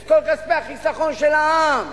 את כל כספי החיסכון של העם,